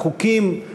החוקים,